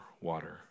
water